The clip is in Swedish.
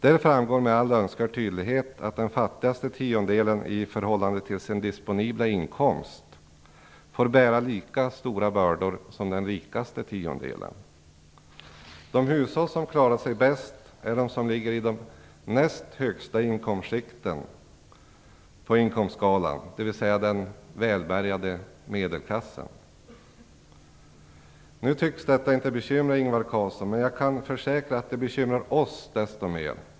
Där framgår med all önskvärd tydlighet att den fattigaste tiondelen av hushållen i förhållande till sin disponibla inkomst får bära lika stora bördor som den rikaste tiondelen. De hushåll som klarar sig bäst är de som ligger i de näst högsta inkomstskikten på inkomstskalan, dvs. den välbärgade medelklassen. Nu tycks detta inte bekymra Ingvar Carlsson. Men jag kan försäkra att detta bekymrar oss desto mer.